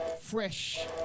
Fresh